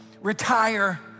Retire